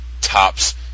tops